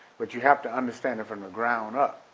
but you have to understand it from the ground up.